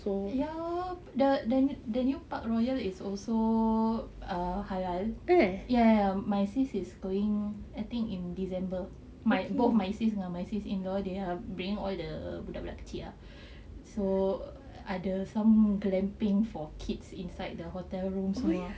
ya lor the the the new park royal is also err halal ya ya ya my sis is going I think in december my both my sis my sis-in-law they are bringing all the budak-budak kecil ah ada some glamping for kids inside the hotel rooms ya